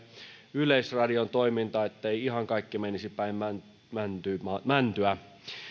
yleisradion toimintaa ettei ihan kaikki menisi päin mäntyä